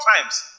times